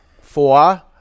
Four